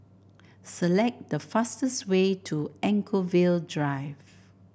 select the fastest way to Anchorvale Drive